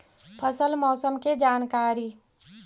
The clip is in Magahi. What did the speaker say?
फसल मौसम के जानकारी?